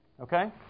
Okay